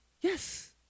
yes